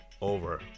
Over